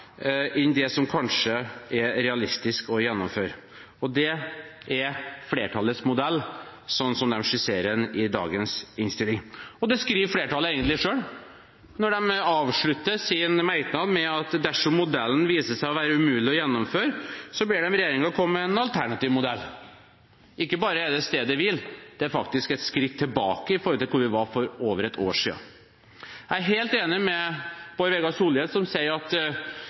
det kommer gjennom kverna, enn det som kanskje er realistisk å gjennomføre. Og det er flertallets modell sånn som de skisserer den i dagens innstilling. Det skriver flertallet egentlig selv, når de avslutter sin merknad med at dersom modellen viser seg å være umulig å gjennomføre, ber de regjeringen komme med en alternativ modell. Ikke bare er det på stedet hvil, det er faktisk et skritt tilbake i forhold til der vi var for over et år siden. Jeg er helt enig med Bård Vegar Solhjell, som sier at